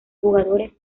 jugadores